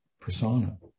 persona